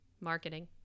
marketing